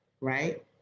right